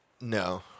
No